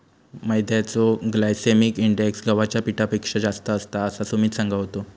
मैद्याचो glycaemic index गव्हाच्या पिठापेक्षा जास्त असता, असा सुमित सांगा होतो